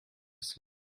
asleep